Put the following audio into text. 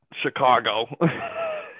Chicago